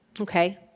okay